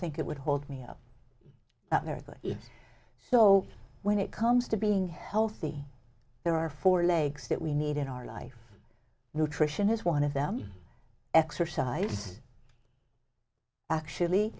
think it would hold me up there that is so when it comes to being healthy there are four legs that we need in our life nutrition is one of them exercise actually